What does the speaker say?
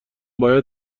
باید